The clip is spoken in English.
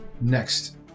Next